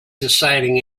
deciding